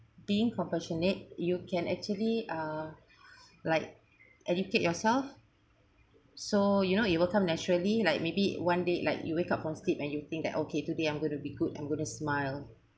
being compassionate you can actually uh like educate yourself so you know you will come naturally like maybe one day like you wake up on sleep and you think that okay today I'm going to be good and I'm gonna smile